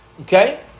Okay